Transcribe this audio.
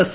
S